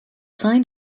signed